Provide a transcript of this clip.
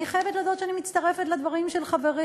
אני חייבת להודות שאני מצטרפת לדברים של חברי,